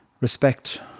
respect